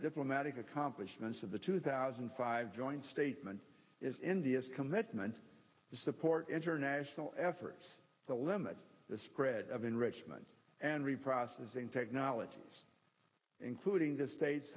diplomatic accomplished of the two thousand and five joint statement is india's commitment to support international efforts to limit the spread of enrichment and reprocessing technologies including the states